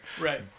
Right